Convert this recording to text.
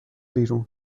بیرون